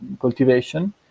cultivation